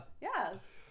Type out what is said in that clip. Yes